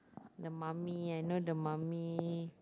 the mummy I know the mummy